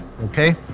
okay